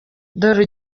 dore